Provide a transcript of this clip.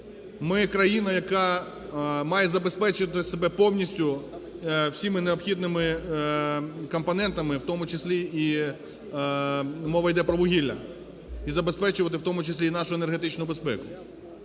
– країна, яка має забезпечити себе повністю всіма необхідними компонентами, в тому числі і мова іде про вугілля, і забезпечувати, в тому числі і нашу енергетичну безпеку.